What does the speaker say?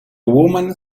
woman